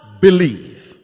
believe